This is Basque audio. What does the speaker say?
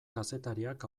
kazetariak